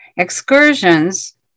excursions